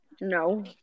No